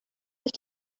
sich